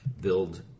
build